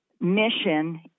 mission